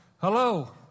hello